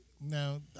now